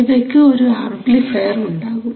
ഇവയ്ക്ക് ഒരു ആംപ്ലിഫയർ ഉണ്ടാകും